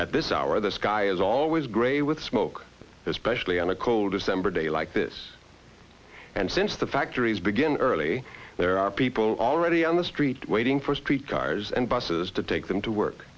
at this hour the sky is always great with smoke especially on a cold december day like this and since the factories begin early there are people already on the street waiting for street cars and buses to take them to work